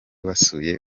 wasuye